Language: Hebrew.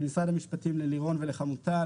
ממרד המשפטים ללירון ולחמוטל.